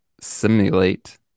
simulate